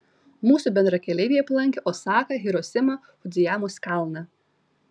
mūsų bendrakeleiviai aplankė osaką hirosimą fudzijamos kalną